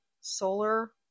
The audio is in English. solar